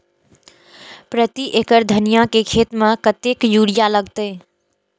प्रति एकड़ धनिया के खेत में कतेक यूरिया लगते?